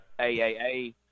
AAA